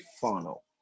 funnel